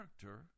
character